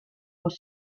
was